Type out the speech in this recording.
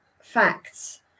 facts